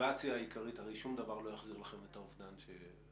שהמוטיבציה העיקרית הרי שום דבר לא יחזיר לכם את האובדן שחוויתם